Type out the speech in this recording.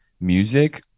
music